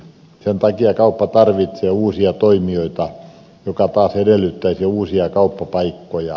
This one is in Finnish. sen takia kauppa tarvitsee uusia toimijoita mikä taas edellyttäisi uusia kauppapaikkoja